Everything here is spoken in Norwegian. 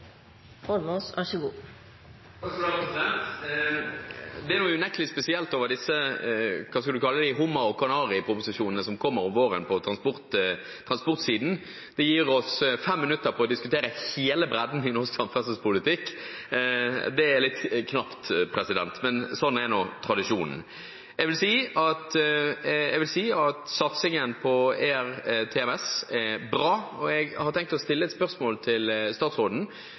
Det er unektelig noe spesielt med disse – hva skal en kalle det – hummer-og-kanari-proposisjonene som kommer om våren på transportsiden. Vi får 5 minutter hver til å diskutere hele bredden i norsk samferdselspolitikk. Det er litt knapt, men sånn er nå tradisjonen. Jeg vil si at satsingen på ERTMS er bra, og jeg har tenkt å stille et spørsmål til statsråden.